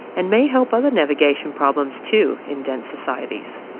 and may help other navigation problems too in dense societies.